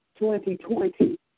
2020